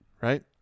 Right